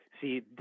See